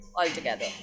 altogether